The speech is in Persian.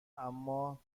اما